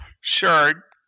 sure